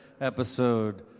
episode